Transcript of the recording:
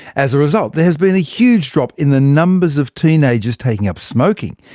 as a result, there has been a huge drop in the numbers of teenagers taking up smoking.